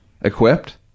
equipped